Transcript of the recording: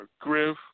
Griff